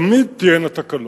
תמיד תהיינה תקלות.